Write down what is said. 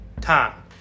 time